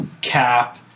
Cap